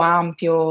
ampio